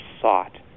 sought